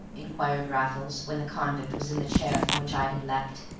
inquired raffles, when the convict was in the chair from which i had leapt.